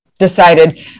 decided